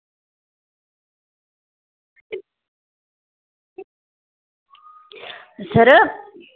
sir